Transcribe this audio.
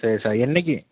சரி சார் என்னைக்கு